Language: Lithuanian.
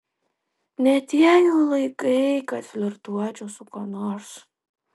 ne tie jau laikai kad flirtuočiau su kuo nors